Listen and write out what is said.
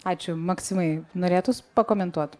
ačiū maksimai norėtųs pakomentuot